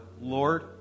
Lord